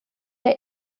der